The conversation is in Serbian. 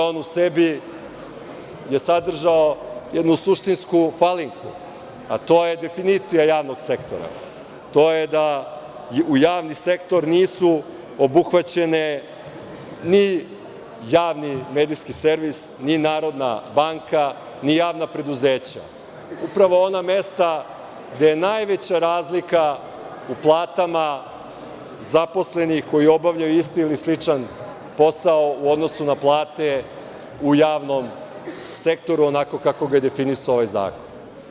On je u sebi sadržao jednu suštinsku falinku, a to je definicija javnog sektora, to je da u javni sektor nisu obuhvaćeni ni javni medijski servis, ni Narodna banka, ni javna preduzeća, upravo ona mesta gde je najveća razlika u platama zaposlenih koji obavljaju isti ili sličan posao u odnosu na plate u javnom sektoru, onako kako ga je definisao ovaj zakon.